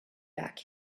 back